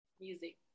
Music